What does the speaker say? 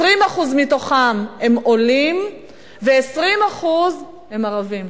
20% מתוכם עולים ו-20% הם ערבים.